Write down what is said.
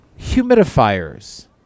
humidifiers